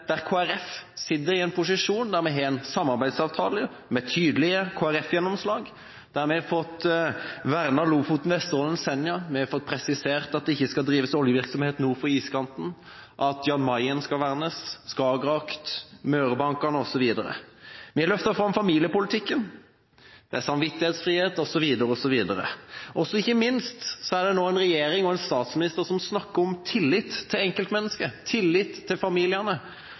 der vi har fått en samarbeidsavtale med tydelige KrF-gjennomslag, der vi har fått vernet Lofoten, Vesterålen og Senja. Vi har fått presisert at det ikke skal drives oljevirksomhet nord for iskanten, at Jan Mayen skal vernes, Skagerrak, Mørebankene osv. Vi har løftet fram familiepolitikken, det er samvittighetsfrihet osv. Og ikke minst er det nå en regjering som har en statsminister som snakker om tillit til enkeltmennesket, tillit til familiene,